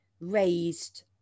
raised